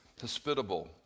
Hospitable